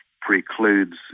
precludes